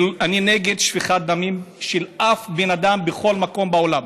אני נגד שפיכת דמים של כל בן אדם בכל מקום בעולם.